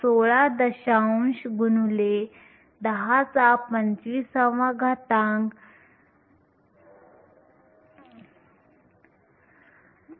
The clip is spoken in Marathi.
16 x 1025 m 3 आहे